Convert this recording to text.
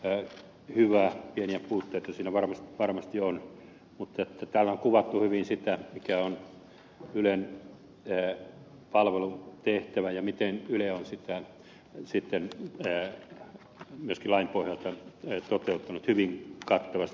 pieniä puutteita siinä varmasti on mutta täällä on kuvattu hyvin sitä mikä on ylen palvelutehtävä ja miten yle on sitä sitten myöskin lain pohjalta toteuttanut hyvin kattavasti